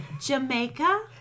Jamaica